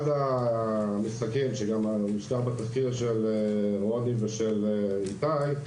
אחד המשחקים, שגם הוזכר בתחקיר של רוני ואיתי,